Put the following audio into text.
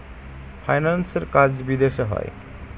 ফাইন্যান্সের কাজ বিদেশে হয়